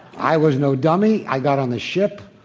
i was no dummy. i got on the ship.